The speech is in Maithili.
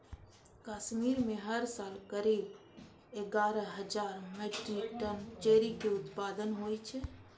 कश्मीर मे हर साल करीब एगारह हजार मीट्रिक टन चेरी के उत्पादन होइ छै